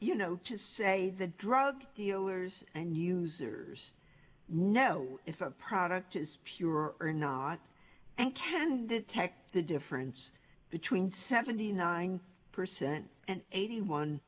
you know just say the drug dealers and users know if a product is pure or not and can detect the difference between seventy nine percent and eighty one